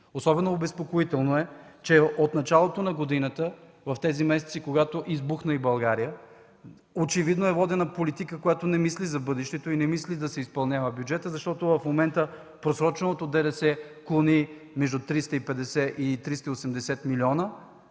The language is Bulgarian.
Особено обезпокоително е, че от началото на годината в тези месеци, когато избухна и България, очевидно е водена политика, която не мисли за бъдещето и не мисли да се изпълнява бюджетът, защото от момента просроченото ДДС клони между 350 и 380 милиона